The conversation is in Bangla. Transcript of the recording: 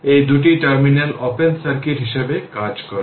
এই দুটি টার্মিনাল ওপেন সার্কিট হিসেবে কাজ করবে